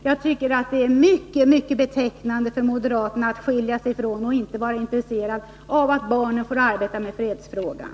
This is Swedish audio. Jag tycker att det är mycket betecknande för moderaterna att de skiljer ut sig och inte är intresserade av att barnen får arbeta med fredsfrågan.